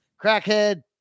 crackhead